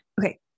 Okay